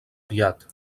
aviat